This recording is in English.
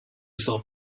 solve